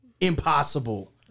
Impossible